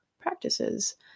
practices